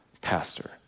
pastor